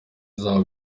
zabo